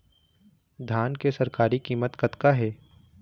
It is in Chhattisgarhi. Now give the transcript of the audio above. धान के सरकारी कीमत कतका हे?